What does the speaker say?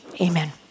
amen